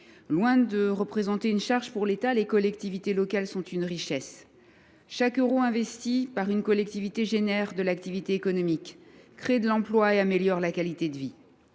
Loin de représenter une charge pour l’État, les collectivités locales sont une richesse. Chaque euro qu’elles investissent produit de l’activité économique, crée de l’emploi et améliore la qualité de vie.